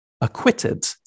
acquitted